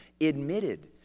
admitted